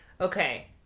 Okay